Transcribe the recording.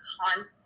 constant